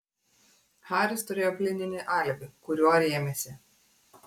haris turėjo plieninį alibi kuriuo rėmėsi